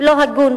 ולא הגון,